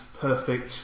perfect